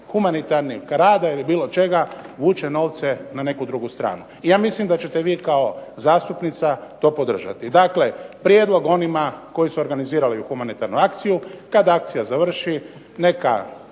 humanitarnog rada ili bilo čega vuče novce na neku drugu stranu. Ja mislim da ćete vi kao zastupnica to podržati. Dakle, prijedlog onima koji su organizirali humanitarnu akciju, kad akcija završi neka